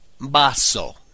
Basso